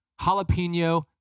jalapeno